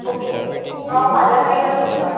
okay हांव फाल्यां मेळटा तुमकां